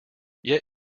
yet